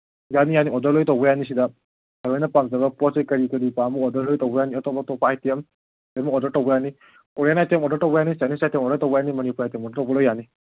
ꯌꯥꯅꯤ ꯌꯥꯅꯤ ꯑꯣꯗꯔ ꯂꯣꯏ ꯇꯧꯕ ꯌꯥꯅꯤ ꯁꯤꯗ ꯁꯥꯔ ꯍꯣꯏꯅ ꯄꯥꯝꯖꯕ ꯄꯣꯠꯁꯤ ꯀꯔꯤ ꯀꯔꯤ ꯄꯥꯝꯕ ꯑꯣꯗꯔ ꯂꯣꯏ ꯇꯧꯕ ꯌꯥꯅꯤ ꯑꯇꯣꯞ ꯑꯇꯣꯞꯄ ꯑꯥꯏꯇꯦꯝ ꯂꯣꯏꯃꯛ ꯑꯣꯗꯔ ꯇꯧꯕ ꯌꯥꯅꯤ ꯀꯣꯔꯤꯌꯥꯟ ꯑꯥꯏꯇꯦꯝ ꯑꯣꯗꯔ ꯇꯧꯕ ꯌꯥꯅꯤ ꯆꯥꯏꯅꯤꯁ ꯑꯥꯏꯇꯦꯝ ꯑꯣꯗꯔ ꯇꯧꯕ ꯌꯥꯅꯤ ꯃꯅꯤꯄꯨꯔ ꯑꯥꯏꯇꯦꯝ ꯑꯣꯗꯔ ꯇꯧꯕ ꯂꯣꯏꯅ ꯌꯥꯅꯤ